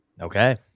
Okay